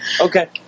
Okay